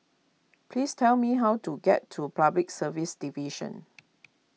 please tell me how to get to Public Service Division